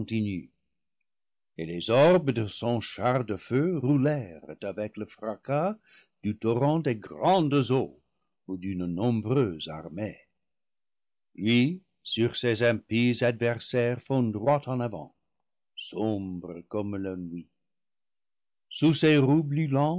et les orbes de son char de feu roulèrent avec le fracas du torrent des grandes eaux ou d'une nombreuse armée lui sur ses impies adversaires fond droit en avant sombre comme la nuit sous ses roues